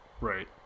Right